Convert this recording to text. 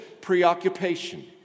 preoccupation